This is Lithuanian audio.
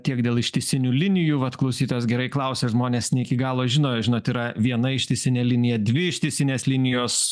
tiek dėl ištisinių linijų vat klausytojas gerai klausė žmonės ne iki galo žino žinot yra viena ištisinė linija dvi ištisinės linijos